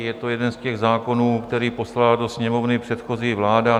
Je to jeden z těch zákonů, který poslala do Sněmovny předchozí vláda.